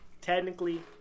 Technically